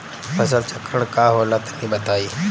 फसल चक्रण का होला तनि बताई?